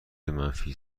منفی